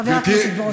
חבר הכנסת ברושי.